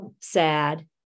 sad